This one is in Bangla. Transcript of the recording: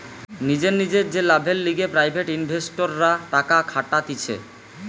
নিজের নিজের যে লাভের লিগে প্রাইভেট ইনভেস্টররা টাকা খাটাতিছে